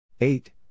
Eight